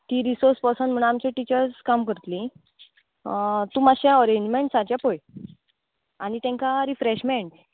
तीं resource person म्हूण आमच्यो टिचज काम करत्लीं तूं माश्शें अरेंजमॅण सारकें पळय आनी तेंकां रिफ्रॅशमॅण